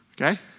Okay